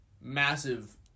Massive